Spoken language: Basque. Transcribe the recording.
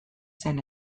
zen